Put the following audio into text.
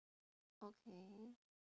okay